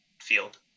field